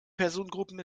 personengruppen